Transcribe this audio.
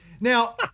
Now